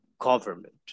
government